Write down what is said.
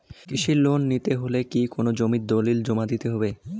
কৃষি লোন নিতে হলে কি কোনো জমির দলিল জমা দিতে হবে?